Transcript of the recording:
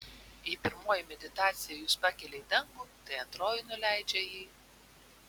jei pirmoji meditacija jus pakelia į dangų tai antroji nuleidžia į